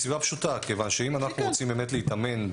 מסיבה פשוטה: מכיוון שאם אנחנו רוצים באמת להתאמן,